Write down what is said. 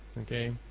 okay